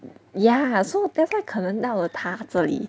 ya so that's why 可能到他这里